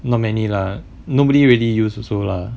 not many lah nobody really use also lah